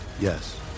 Yes